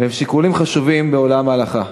והם שיקולים חשובים בעולם ההלכה.